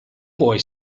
puoi